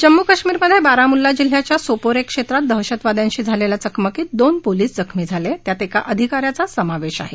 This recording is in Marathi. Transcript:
जम्मू कश्मीरमधे बारामुल्ला जिल्ह्याच्या सोपोरे क्षेत्रात दहशतवाद्यांशी झालेल्या चकमकीत दोन पोलीस जखमी झाले त्यात एका अधिकाऱ्याचा समावेश आहे